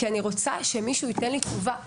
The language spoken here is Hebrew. כי אני רוצה שמישהו ייתן לי תשובה היום,